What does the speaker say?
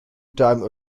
time